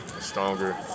stronger